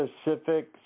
specific